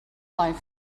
life